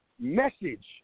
Message